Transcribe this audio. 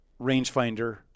rangefinder